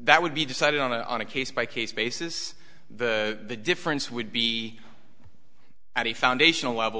that would be decided on a case by case basis the difference would be at a foundational level